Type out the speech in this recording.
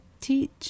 teach